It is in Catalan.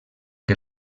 que